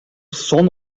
son